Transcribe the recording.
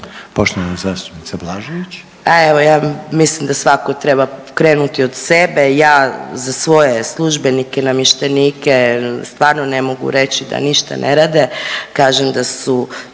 Poštovana zastupnica Blažević.